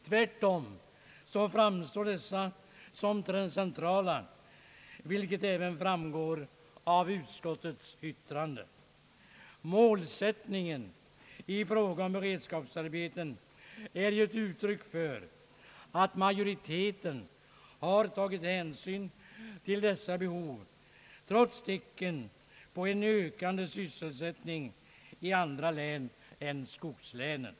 Tvärtom framstår de förra som centrala, vilket även framgår av utskottets yttrande. Målsättningen i fråga om beredskapsarbeten är ett uttryck för att utskottsmajoriteten har tagit hänsyn till dessa behov, trots tecknen på en ökande sysselsättning i andra län än skogslänen.